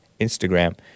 Instagram